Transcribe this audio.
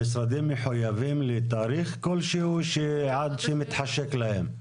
המשרדים מחויבים לתאריך כלשהו או יכולים לנהוג כפי שמתחשק להם?